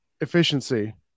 efficiency